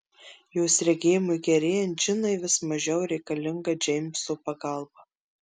jos regėjimui gerėjant džinai vis mažiau reikalinga džeimso pagalba